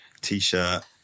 T-shirt